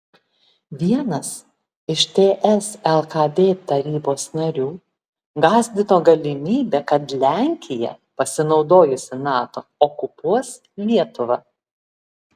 vienas iš ts lkd tarybos narių gąsdino galimybe kad lenkija pasinaudojusi nato okupuos lietuvą